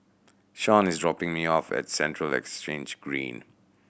Shawn is dropping me off at Central Exchange Green